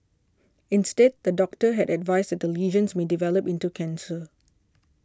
instead the doctor had advised that the lesions may develop into cancer